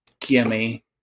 Gimme